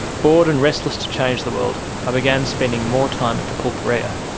bored and restless to change the world i began spending more time at the pulperia,